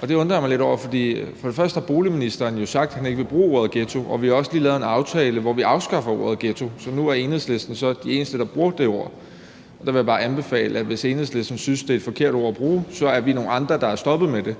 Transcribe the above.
Det undrede jeg mig lidt over, for for det første har boligministeren jo sagt, at han ikke vil bruge ordet ghetto, og for det andet har vi lige lavet en aftale, hvor vi afskaffer ordet ghetto. Så nu er Enhedslisten de eneste, der bruger det ord. Der vil jeg bare sige, hvis Enhedslisten synes, det er et forkert ord at bruge, at vi er nogle andre, der er stoppet med at bruge